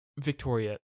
Victoria